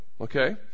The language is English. okay